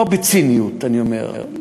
לא בציניות אני אומר,